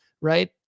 right